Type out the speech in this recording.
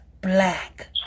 black